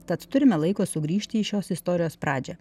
tad turime laiko sugrįžti į šios istorijos pradžią